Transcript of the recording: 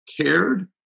cared